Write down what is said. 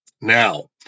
Now